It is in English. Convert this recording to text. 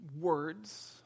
words